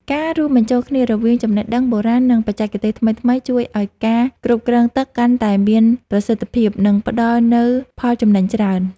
ការរួមបញ្ចូលគ្នារវាងចំណេះដឹងបុរាណ និងបច្ចេកទេសថ្មីៗជួយឱ្យការគ្រប់គ្រងទឹកកាន់តែមានប្រសិទ្ធភាព និងផ្តល់នូវផលចំណេញច្រើន។